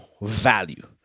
value